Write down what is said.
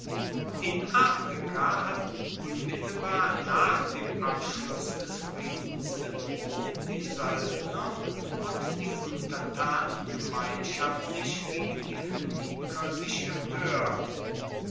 in afrika hatten unmittelbar nach dem abschluss des friedens mit rom die soeldner und die untertanen gemeinschaftlich gegen die phoeniker sich empoert